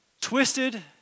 twisted